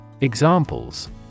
Examples